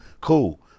cool